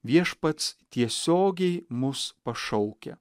viešpats tiesiogiai mus pašaukia